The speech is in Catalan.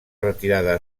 retirada